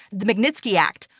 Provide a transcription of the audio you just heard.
the magnitsky act,